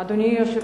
כמה נרשמו.